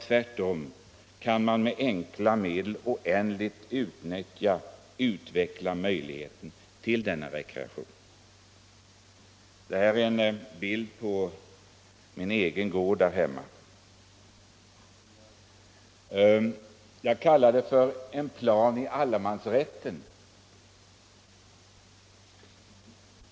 Tvärtom kan man med enkla medel och i oändlig utsträckning utveckla möjligheterna till rekreation. Bilden visar en skiss av min egen gård, och jag kallar den för en plan i allemansrätten.